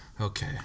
Okay